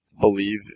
believe